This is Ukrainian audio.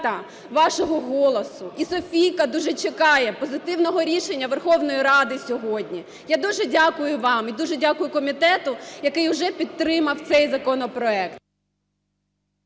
дякую вам і дуже дякую комітету, який вже підтримав цей законопроект.